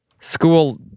school